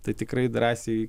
tai tikrai drąsiai